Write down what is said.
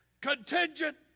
contingent